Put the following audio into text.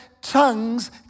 tongues